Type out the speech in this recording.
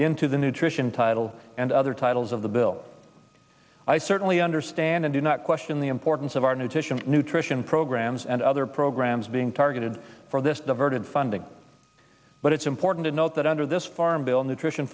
into the nutrition title and other titles of the bill i certainly understand and do not question the importance of our nutrition nutrition programs and other programs being targeted for this diverted funding but it's important to note that under this farm bill nutrition